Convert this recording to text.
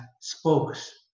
spokes